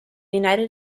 united